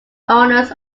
owners